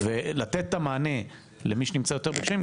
ולתת את המענה למי שנמצא יותר בקשיים,